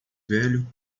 velho